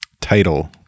title